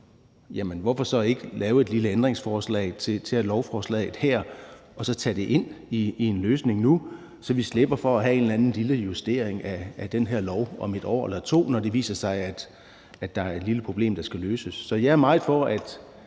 hvorfor så ikke lave et lille ændringsforslag til lovforslaget her og så tage det ind i en løsning nu, så vi slipper for at lave en eller anden lille justering om den her lov er et år eller to, når det viser sig, at der er et lille problem, der skal løses? Så jeg er meget for, at